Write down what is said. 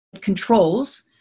controls